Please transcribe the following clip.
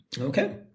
Okay